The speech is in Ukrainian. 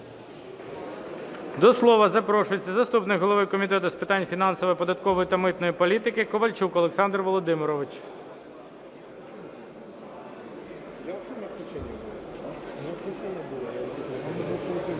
До слова запрошується заступник голови Комітету з питань фінансів, податкової та митної політики Ковальчук Олександр Володимирович.